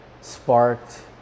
sparked